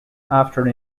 after